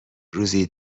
روزی